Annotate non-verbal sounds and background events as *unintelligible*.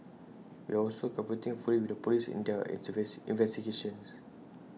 we are also cooperating fully with the Police in their *unintelligible* investigations